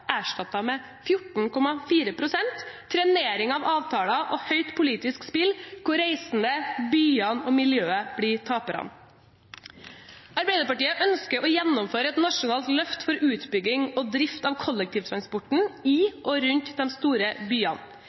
erstattet med 14,4 pst., trenering av avtaler og høyt politisk spill hvor reisende, byene og miljøet blir taperne. Arbeiderpartiet ønsker å gjennomføre et nasjonalt løft for utbygging og drift av kollektivtransporten i og rundt de store byene.